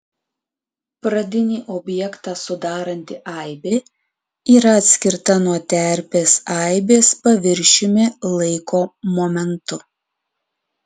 pradinį objektą sudaranti aibė yra atskirta nuo terpės aibės paviršiumi laiko momentu